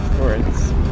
words